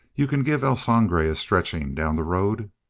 you can give el sangre a stretching down the road?